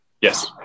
Yes